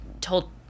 told